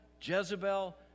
Jezebel